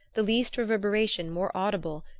the least reverberation more audible,